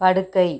படுக்கை